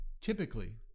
Typically